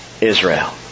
Israel